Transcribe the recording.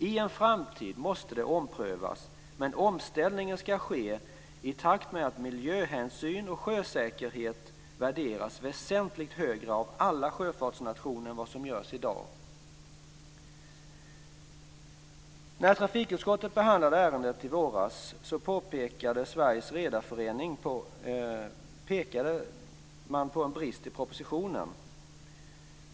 I en framtid måste det omprövas, men omställningen ska ske i takt med att miljöhänsyn och sjösäkerhet värderas väsentligt högre av alla sjöfartsnationer än vad som görs i dag. När trafikutskottet behandlade ärendet i våras pekade Sveriges Redareförening på en brist i propositionen.